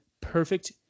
perfect